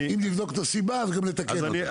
אם נבדוק את הסיבה, גם לתקן אותה.